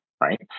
right